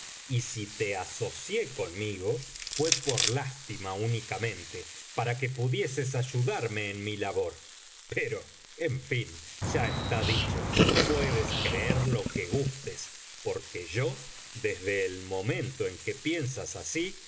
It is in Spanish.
y si te asoció conmigo fué por lástima únicamente para que pudieses ayudarme en mi labor pero en fin ya está dicho puedes creer lo que gustes porque yo desde el momento en que piensas así